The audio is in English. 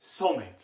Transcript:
soulmates